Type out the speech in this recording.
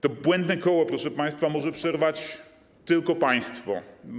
To błędne koło, proszę państwa, może przerwać tylko państwo.